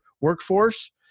workforce